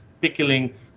pickling